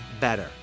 better